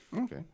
Okay